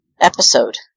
episode